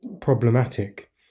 Problematic